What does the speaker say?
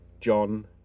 John